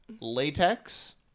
latex